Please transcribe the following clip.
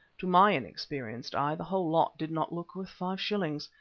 to my inexperienced eye the whole lot did not look worth five shillings,